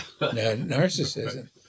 narcissism